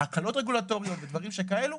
הקלות רגולטוריות ודברים שכאלו.